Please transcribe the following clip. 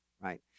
right